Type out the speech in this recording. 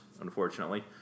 unfortunately